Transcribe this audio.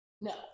No